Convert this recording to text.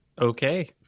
Okay